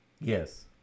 Yes